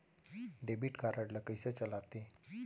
Debit card ला कइसे चलाते?